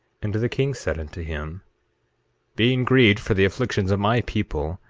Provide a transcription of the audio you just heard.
and the king said unto him being grieved for the afflictions of my people,